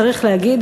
צריך להגיד,